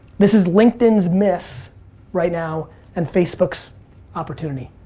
this is linkedin's miss right now and facebook's opportunity.